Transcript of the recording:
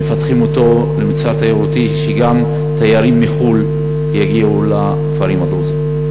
מפתחים אותו למוצר תיירותי כך שגם תיירים מחו"ל יגיעו לכפרים הדרוזיים?